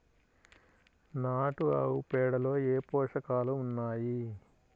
నాటు ఆవుపేడలో ఏ ఏ పోషకాలు ఉన్నాయి?